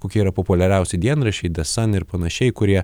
kokie yra populiariausi dienraščiai de san ir panašiai kurie